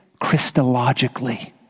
Christologically